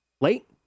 late